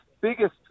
biggest